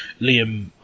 Liam